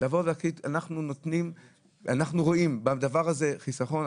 לבוא ולהחליט שאנחנו רואים בדבר הזה חיסכון,